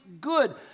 good